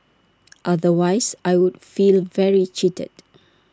otherwise I would feel very cheated